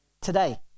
today